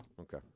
Okay